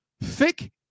thick